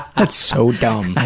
that's so dumb.